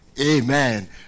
Amen